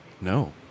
No